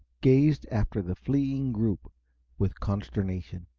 gazed after the fleeing group with consternation.